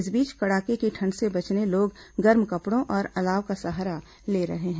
इस बीच कड़ाके की ठंड से बचने लोग गर्म कपड़ों और अलाव का सहारा ले रहे हैं